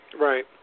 Right